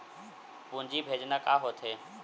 पूंजी भेजना का होथे?